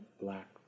black